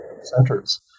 centers